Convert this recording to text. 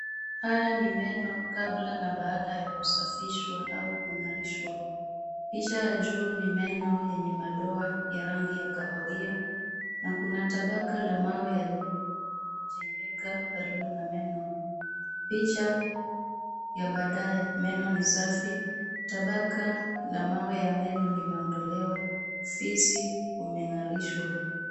Haya ni meno kabla na baada ya kusafishwa au kung'arishwa. Picha ya juu ni meno yenye madoa ya rangi ya kahawia na kuna tabaka la mawe yaliyojengeka karibu na meno. Picha ya badae meno ni safi. Tabaka la mawe ya meno limeondolewa. Fizi umeng'arishwa.